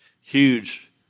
huge